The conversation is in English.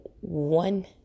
one